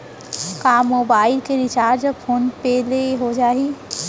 का मोबाइल के recharge PhonePe ले हो जाही?